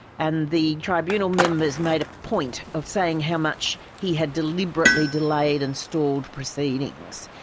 and the tribunal members made a point of saying how much he had deliberately delayed and stalled proceedings.